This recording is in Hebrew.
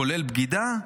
כולל בגידה?